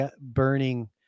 burning